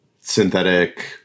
synthetic